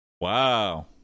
wow